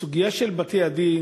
הסוגיה של בתי-הדין,